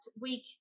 week